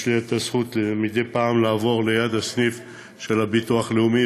יש לי הזכות מדי פעם לעבור ליד הסניף של הביטוח הלאומי,